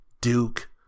Duke